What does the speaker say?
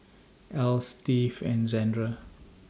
Else Steve and Zandra